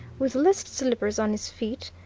with list slippers on his feet,